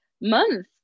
month